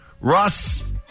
Russ